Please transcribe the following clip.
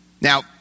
Now